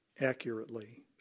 Accurately